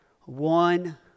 one